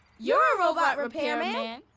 yeah ah a robot repairman.